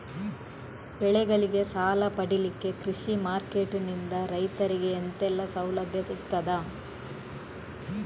ಬೆಳೆಗಳಿಗೆ ಸಾಲ ಪಡಿಲಿಕ್ಕೆ ಕೃಷಿ ಮಾರ್ಕೆಟ್ ನಿಂದ ರೈತರಿಗೆ ಎಂತೆಲ್ಲ ಸೌಲಭ್ಯ ಸಿಗ್ತದ?